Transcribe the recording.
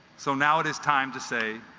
so now it is time to say